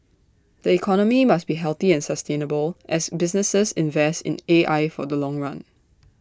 the economy must be healthy and sustainable as businesses invest in A I for the long run